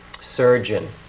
surgeon